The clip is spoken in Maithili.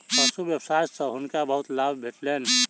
पशु व्यवसाय सॅ हुनका बहुत लाभ भेटलैन